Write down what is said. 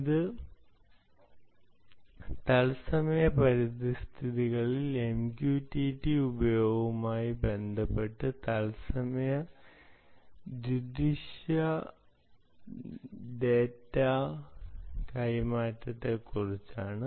ഇത് തത്സമയ പരിതസ്ഥിതികളിൽ MQTT ഉപയോഗവുമായി ബന്ധപ്പെട്ട് തൽസമയ ദ്വിദിശ ഡാറ്റാ കൈമാറ്റത്തെക്കുറിച്ചാണ്